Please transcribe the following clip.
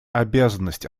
обязанность